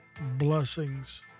blessings